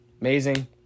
amazing